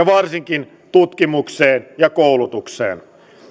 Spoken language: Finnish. varsinkin tutkimukseen ja koulutukseen